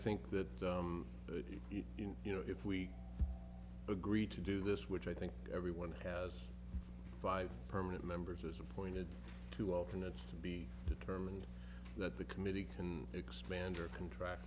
think that you know if we agree to do this which i think everyone has five permanent members has appointed to open it to be determined that the committee can expand or contr